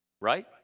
right